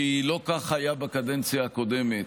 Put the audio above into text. כי לא כך היה בקדנציה הקודמת.